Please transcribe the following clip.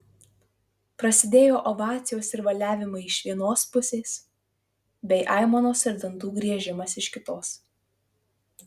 prasidėjo ovacijos ir valiavimai iš vienos pusės bei aimanos ir dantų griežimas iš kitos